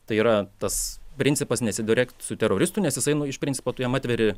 tai yra tas principas nesiderėk su teroristu nes jisai nu iš principo tu jam atveri